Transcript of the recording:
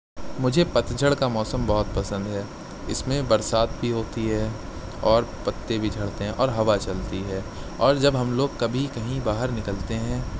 مجھے پتجھڑ کا موسم بہت پسند ہے اس میں برسات بھی ہوتی ہے اور پتے بھی جھڑتے ہیں اور ہوا چلتی ہے اور جب ہم لوگ کبھی کہیں باہر نکلتے ہیں